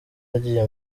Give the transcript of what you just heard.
yagiye